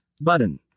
button